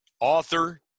author